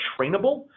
trainable